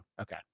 Okay